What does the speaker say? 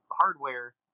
hardware